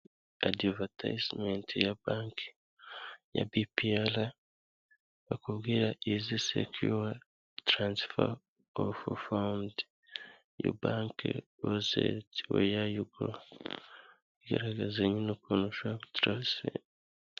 Adivatazimenti ya banke ya bipiyara, bakubwira izi sekuwa taransifa ofu fawundi. Yowa banke ugaragaza nyine ukuntu ushobora gutaransifera.